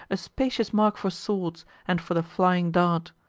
a spacious mark for swords, and for the flying dart.